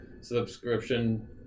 subscription